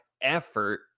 effort